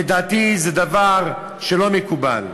לדעתי זה דבר לא מקובל.